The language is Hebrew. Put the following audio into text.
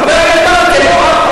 חבר הכנסת ברכה, לא.